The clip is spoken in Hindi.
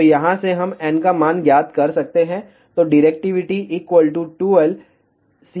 तो यहाँ से हम n का मान ज्ञात कर सकते हैं